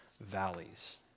valleys